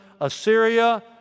Assyria